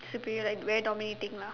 superior like very dominating lah